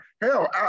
Hell